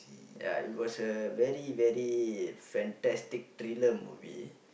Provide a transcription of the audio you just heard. yeah it was a very very fantastic thriller movie